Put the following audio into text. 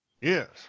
Yes